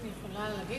אני יכולה להגיד?